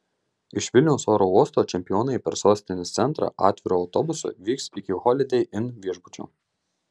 iš vilniaus oro uosto čempionai per sostinės centrą atviru autobusu vyks iki holidei inn viešbučio